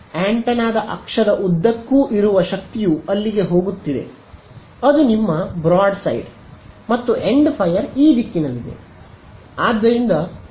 ಆಂಟೆನಾದ ಅಕ್ಷದ ಉದ್ದಕ್ಕೂ ಇರುವ ಶಕ್ತಿಯು ಅಲ್ಲಿಗೆ ಹೋಗುತ್ತಿದೆ ಅದು ನಿಮ್ಮ ಬೋರ್ಡ್ ಸೈಡ್ ಮತ್ತು ಎಂಡ್ ಫೈರ್ ಈ ದಿಕ್ಕಿನಲ್ಲಿದೆ